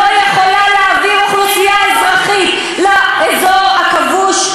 לא יכולה להעביר אוכלוסייה אזרחית לאזור הכבוש?